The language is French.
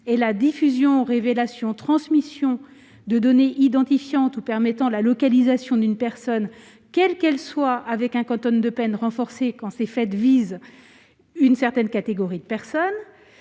la diffusion, la révélation et la transmission de données identifiantes ou permettant la localisation d'une personne, quelle qu'elle soit, avec un quantum de peines renforcé lorsque ces faits visent une certaine catégorie de personnes.